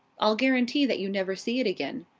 i'll guarantee that you never see it again.